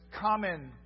common